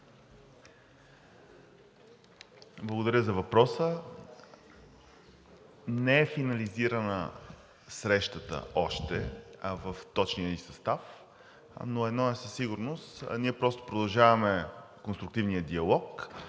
Благодаря за въпроса. Не е финализирана срещата още в точния ѝ състав, но едно е със сигурност – ние просто продължаваме конструктивния диалог,